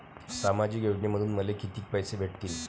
सामाजिक योजनेमंधून मले कितीक पैसे भेटतीनं?